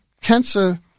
cancer